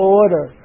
order